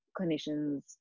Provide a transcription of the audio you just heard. clinicians